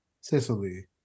Sicily